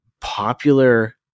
popular